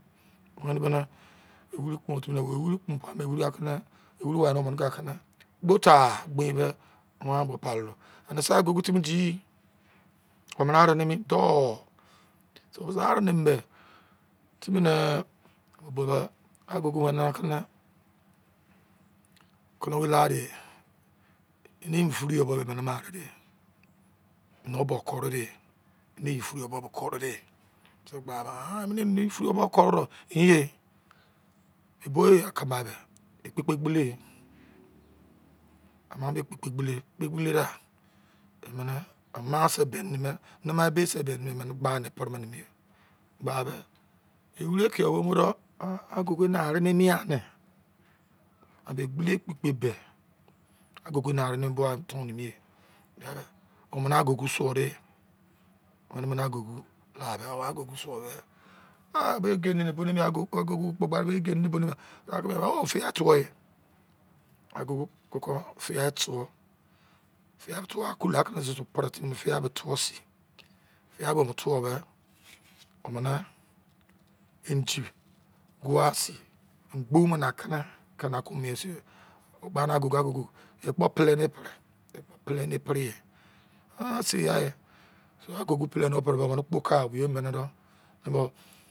Gbene-gbene e wiri kpon timi wiri kpon pai wiri ake ne kpota gbe me wan bo pai ro ane se agugu omene aro nimi dou mise aro nimi be timi nee o be be agugu wene a keme kono wei lade ye inidi furu yo bo wei ema are de an o bo korede ini ye furu bo kore de mise gba me ah mene in indi furu yo kore de inye eboye ekpe kpo gbole ye ama me ekpe ekpo gbole ye kpe gbele de emene ama se bene me nama ebe mere gba ne pre mene me ye gba be wiri kiyo bo moro ah agugu enare eniyn ne an egbele kpu kpu be agugu enare ne tunu me ye omene agugu syode omene agugu lade agugu suode ah be egeni ne bo ne agugu oh fiai tuwu e koko fiai tuwu diai tuwu akula timi fiai bo tuwu sin fiai bo me tuwu me omene indi bua si ingbo mene na ke ne na ko mien sin ugba na agugu agugu ekpo plen ne pre ekpo plan ne pre ye oh sei ya so agugu plan p pre o kpo kpoka iye mene do